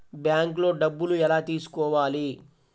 బ్యాంక్లో డబ్బులు ఎలా తీసుకోవాలి?